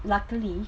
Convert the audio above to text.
luckily